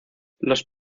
los